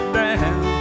down